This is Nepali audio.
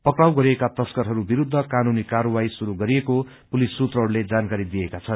पक्राउ गरिएका तश्करहरू विरूद्ध कानूनी कार्यवाही शुरू गरिएको पुलिस सूत्रहस्ते जानकारी दिएका छन्